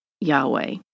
Yahweh